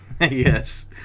Yes